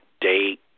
date